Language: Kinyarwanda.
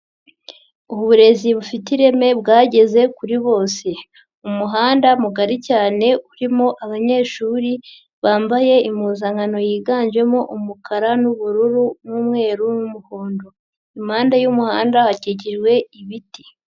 Uburezi bufite ireme bwageze kuri bose, umuhanda mugari cyane urimo abanyeshuri bambaye impuzankano yiganjemo umukara n'ubururu n'umweru n'umuhondo, impande y'umuhanda hakikijwe ibiti.